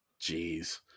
Jeez